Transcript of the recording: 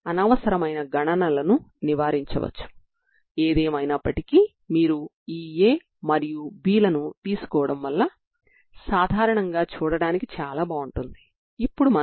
కాబట్టి ఈ విధంగా మీరు పరిష్కారాన్ని పొందుతారు